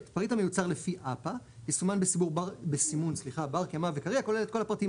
פריט המיוצר לפי אפ"א יסומן בסימון בר-קיימא וקריא הכולל את כל הפרטים